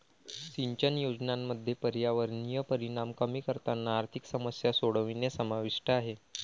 सिंचन योजनांमध्ये पर्यावरणीय परिणाम कमी करताना आर्थिक समस्या सोडवणे समाविष्ट आहे